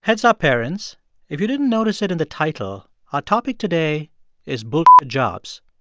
heads up, parents if you didn't notice it in the title, our topic today is bull jobs.